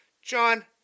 John